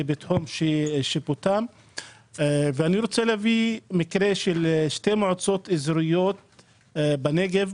אני רוצה להביא מקרה של שתי מועצות אזוריות בנגב: